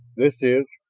this is,